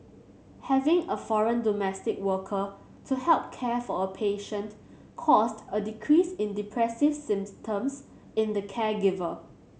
having a foreign domestic worker to help care for a patient caused a decrease in depressive symptoms in the caregiver